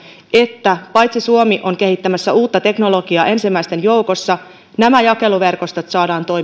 että paitsi että suomi on kehittämässä uutta teknologiaa ensimmäisten joukossa nämä jakeluverkostot saadaan toimiviksi